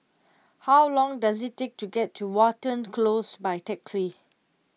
how long does it take to get to Watten Close by taxi